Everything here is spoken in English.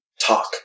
talk